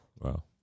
Wow